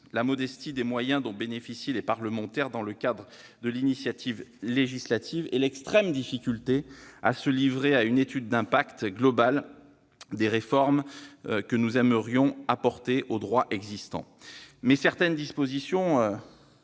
la modestie des moyens dont bénéficient les parlementaires dans le cadre de l'initiative législative et l'extrême difficulté de se livrer à une étude d'impact globale des réformes que nous aimerions apporter au droit existant. Mais certaines dispositions,